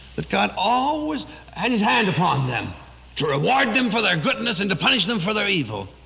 that god always had his hand upon them to reward them for their goodness and to punish them for their evil